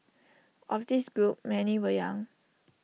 of this group many were young